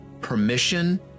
permission